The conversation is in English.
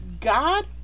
God